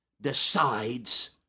decides